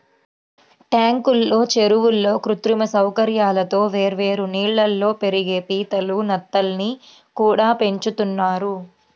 ట్యాంకుల్లో, చెరువుల్లో కృత్రిమ సౌకర్యాలతో వేర్వేరు నీళ్ళల్లో పెరిగే పీతలు, నత్తల్ని కూడా పెంచుతున్నారు